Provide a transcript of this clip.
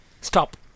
stop